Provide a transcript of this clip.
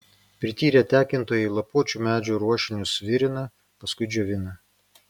prityrę tekintojai lapuočių medžių ruošinius virina paskui džiovina